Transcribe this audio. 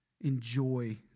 enjoy